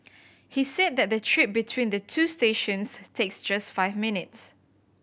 he said that the trip between the two stations takes just five minutes